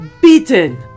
beaten